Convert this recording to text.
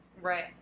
Right